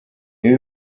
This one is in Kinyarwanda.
ibi